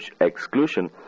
exclusion